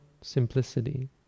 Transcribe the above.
simplicity